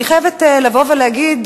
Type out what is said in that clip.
אני חייבת לבוא ולהגיד,